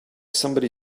somebody